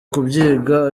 kubyiga